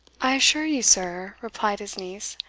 i assure you, sir, replied his niece,